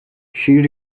she